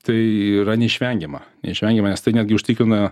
tai yra neišvengiama neišvengiama nes tai netgi užtikrina